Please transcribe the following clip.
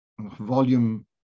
volume